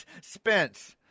Spence